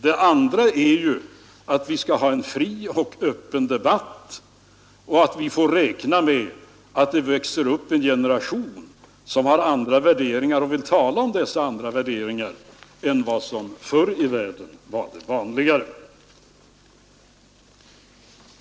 Det viktiga är att vi skall ha en fri och öppen debatt och att vi får räkna med att det växer upp en generation som har andra värderingar och vill tala om dessa värderingar på ett annat sätt än vad som förr var vanligt.